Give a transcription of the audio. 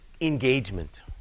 engagement